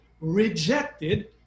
rejected